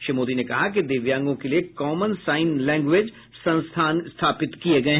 श्री मोदी ने कहा कि दिव्यांगों के लिए कॉमन साइन लैंग्वेज संस्थान स्थापित किए गए हैं